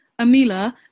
Amila